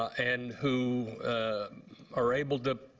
and who are able to